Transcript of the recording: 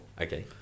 Okay